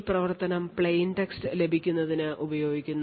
ഈ പ്രവർത്തനം പ്ലെയിൻടെക്സ്റ്റ് ലഭിക്കുന്നതിന് ഉപയോഗിക്കുന്നു